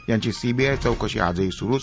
यांची सीबीआय चौकशी आजही सुरुच